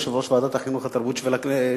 יושב-ראש ועדת החינוך והתרבות של הכנסת,